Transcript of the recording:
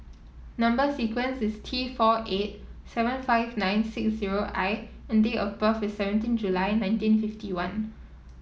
number sequence is T four eight seven five nine six zero I and date of birth is seventeen July nineteen fifty one